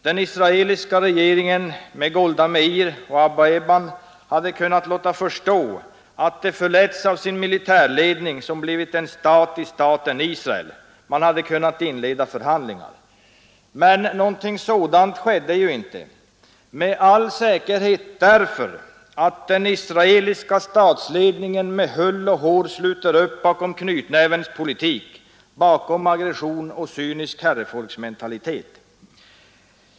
Den israeliska regeringen med Golda Meir och Abba Eban hade kunnat låta förstå att man förletts av sin militärledning som blivit en stat i staten Israel. Man hade kunnat inleda förhandlingar. Men något sådant skedde inte — med all säkerhet därför att den israeliska statsledningen med hull och hår sluter upp bakom knytnävens politik, bakom aggression och cynisk herrefolksmentalitet.